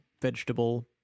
vegetable